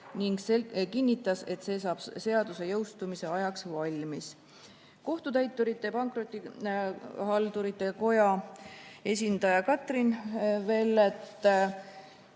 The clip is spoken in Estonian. ning kinnitas, et see saab seaduse jõustumise ajaks valmis. Kohtutäiturite ja Pankrotihaldurite Koja esindaja Katrin Vellet